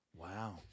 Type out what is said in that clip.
Wow